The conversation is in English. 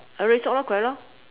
oh red sock lor correct lor